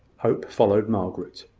hope followed margaret.